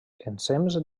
ensems